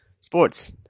sports